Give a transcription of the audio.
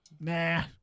nah